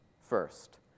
first